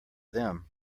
them